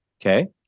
Okay